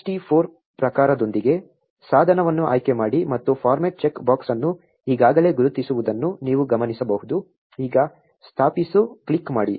ext 4 ಪ್ರಕಾರದೊಂದಿಗೆ ಸಾಧನವನ್ನು ಆಯ್ಕೆ ಮಾಡಿ ಮತ್ತು ಫಾರ್ಮ್ಯಾಟ್ ಚೆಕ್ ಬಾಕ್ಸ್ ಅನ್ನು ಈಗಾಗಲೇ ಗುರುತಿಸಿರುವುದನ್ನು ನೀವು ಗಮನಿಸಬಹುದು ಈಗ ಸ್ಥಾಪಿಸು ಕ್ಲಿಕ್ ಮಾಡಿ